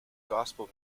gospel